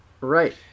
Right